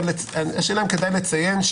האם כדאי לציין,